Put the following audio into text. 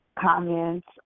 comments